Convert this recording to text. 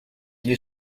gli